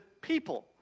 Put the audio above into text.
people